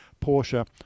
Porsche